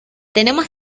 tenemos